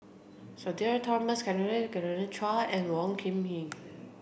Sudhir Thomas Vadaketh Genevieve Chua and Wong Hung Khim